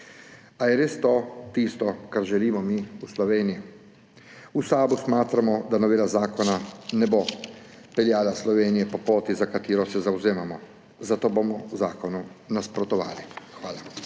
Ali je res to tisto, kar želimo mi v Sloveniji? V SAB-u smatramo, da novela zakona ne bo peljala Slovenije po poti, za katero se zavzemamo, zato bomo zakonu nasprotovali. Hvala.